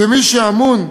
כמי שאמון"